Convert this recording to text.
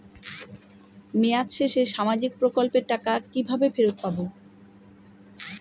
মেয়াদ শেষে সামাজিক প্রকল্পের টাকা কিভাবে ফেরত পাবো?